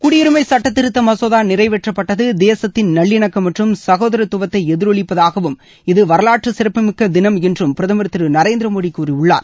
குடியுரிமை சுட்டத்திருத்த மசோதா நிறைவேற்றப்பட்டது தேசத்தின் நல்லிணக்கம் மற்றும் சகோதரத்துவத்தை எதிரொலிப்பதாகவும் இது வரலாற்றுச் சிறப்புமிக்க தினம் என்றும் பிரதமர் திரு நரேந்திர மோடி கூறியுள்ளார்